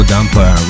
Dumper